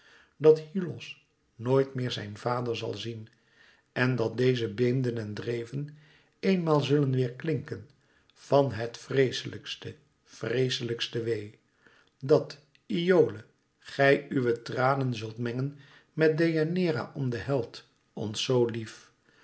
dat hyllos nooit meer zijn vader zal zien en dat deze beemden en dreven eenmaal zullen weêrklinken van het vreeslijkste vreeslijkste wee dat iole gij uwe tranen zult mengen met deianeira om den held ons zoo lief